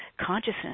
consciousness